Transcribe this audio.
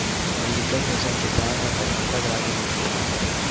हल्लीकर नसल के गाय ह करनाटक राज म मिलथे